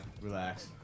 relax